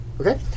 Okay